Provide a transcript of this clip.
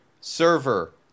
Server